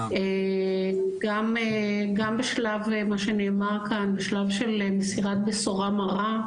גם בשלב של מסירת בשורה מרה,